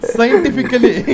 Scientifically